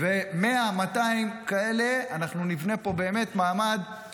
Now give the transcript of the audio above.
100 200 כאלה, אנחנו נבנה פה באמת מעמד.